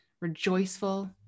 rejoiceful